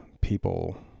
people